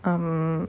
um